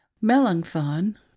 Melanchthon